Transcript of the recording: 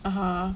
(uh huh)